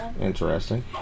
Interesting